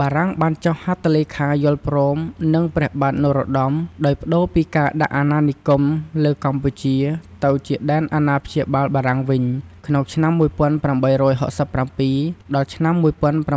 បារាំងបានចុះហត្ថលេខាយល់ព្រមនិង ព្រះបាទនរោត្តម ដោយប្ដូរពីការដាក់អណានិគមលើកម្ពុជា ទៅជាដែនអណាព្យាបាលបារាំងវិញ ក្នុងឆ្នាំ ១៨៦៧ ដល់ឆ្នាំ ១៨៨៧